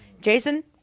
Jason